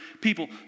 people